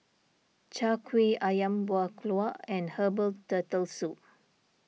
Chai Kueh Ayam Buah Keluak and Herbal Turtle Soup